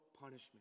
punishment